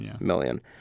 million